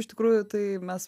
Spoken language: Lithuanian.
iš tikrųjų tai mes